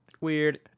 Weird